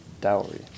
Dowry